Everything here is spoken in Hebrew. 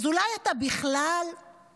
אז אולי אתה בכלל עסוק